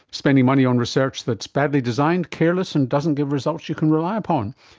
spending money on research that's badly designed, careless and doesn't give results you can rely upon?